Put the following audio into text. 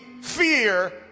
fear